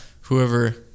Whoever